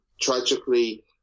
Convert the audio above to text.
tragically